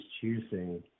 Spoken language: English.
choosing